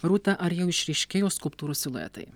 rūta ar jau išryškėjo skulptūrų siluetai